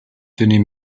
tenait